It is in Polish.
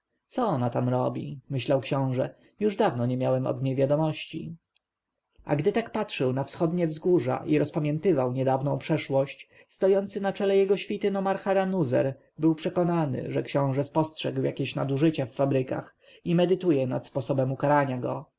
co ona tam robi myślał książę już dawno nie miałem od niej wiadomości a gdy tak patrzył na wschodnie wzgórza i rozpamiętywał niedawną przeszłość stojący na czele jego świty nomarcha ranuzer był przekonany że książę spostrzegł jakieś nadużycia w fabrykach i medytuje nad sposobem ukarania go